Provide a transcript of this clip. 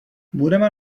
budeme